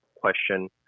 question